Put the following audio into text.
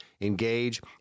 engage